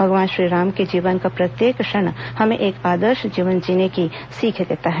भगवान श्रीराम के जीवन का प्रत्येक क्षण हमें एक आदर्श जीवन जीने की सीख देता है